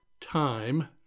time